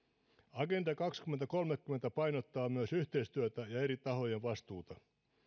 agenda kaksituhattakolmekymmentä painottaa myös yhteistyötä ja eri tahojen vastuuta